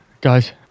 Guys